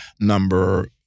number